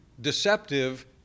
deceptive